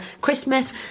Christmas